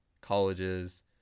colleges